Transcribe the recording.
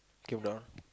came down